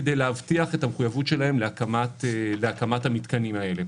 כדי להבטיח את המחויבות שלהם להקמת המתקנים האלה.